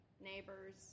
neighbors